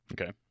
Okay